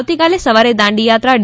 આવતીકાલે સવારે દાંડી યાત્રા ડી